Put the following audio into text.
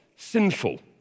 Sinful